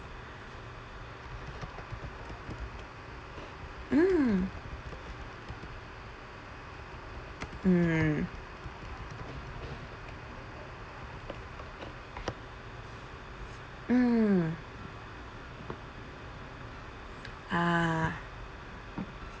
mm mm mm ah